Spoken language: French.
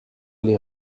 les